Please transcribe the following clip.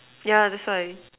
yeah that's why